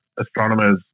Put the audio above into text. astronomers